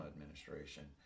administration